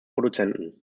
produzenten